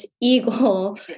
eagle